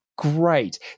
great